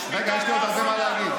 רגע, יש לי עוד הרבה מה להגיד.